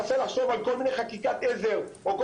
אני מנסה לחשוב על כל מיני חקיקת עזר או כל